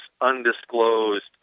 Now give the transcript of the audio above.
undisclosed